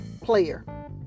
player